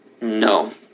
No